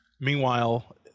Meanwhile